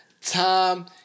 time